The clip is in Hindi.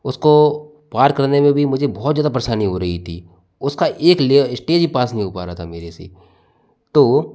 उसको पार करने में भी मुझे बहुत ज़्यादा परेशानी हो रही थी उसका एक लेय स्टेज पास नहीं हो पा रहा था मेरे से तो